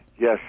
Yes